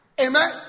Amen